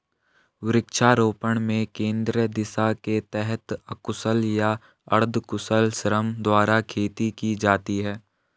वृक्षारोपण में केंद्रीय दिशा के तहत अकुशल या अर्धकुशल श्रम द्वारा खेती की जाती है